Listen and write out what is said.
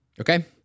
Okay